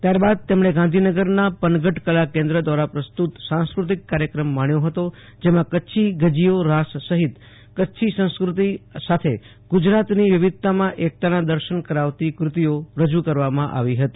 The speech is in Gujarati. ત્યારબાદ તેમણે ગાંધીનગરના પનઘટ કલાકેન્દ્ર દ્વારા પ્રસ્તુત સંસ્કૃતિક કાર્યક્રમ માણ્યો હતો જેમાં કચ્છી ગજિયો રાસ સહીત કચ્છી સંસ્કૃતિ સાથે ગુજરાતની વિવિધતામાં એકતાના દર્શન કરાવતી કૃતિઓ રજુ કરવામાં આવી હતી